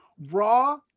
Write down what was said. Raw